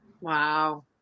Wow